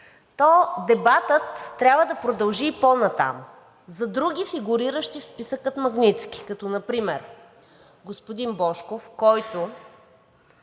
то дебатът трябва да продължи и по-нататък – за други, фигуриращи в списъка „Магнитски“, като например господин Божков, който